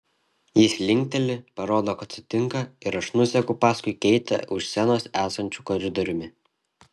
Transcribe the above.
jis linkteli parodo kad sutinka ir aš nuseku paskui keitę už scenos esančiu koridoriumi